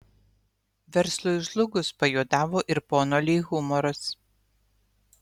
verslui žlugus pajuodavo ir pono li humoras